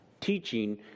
teaching